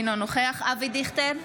אינו נוכח אבי דיכטר,